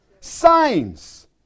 Signs